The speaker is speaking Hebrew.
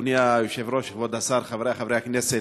אדוני היושב-ראש, כבוד השר, חברי חברי הכנסת,